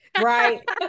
Right